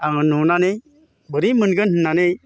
आङो नुनानै बोरै मोनगोन होननानै